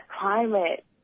climate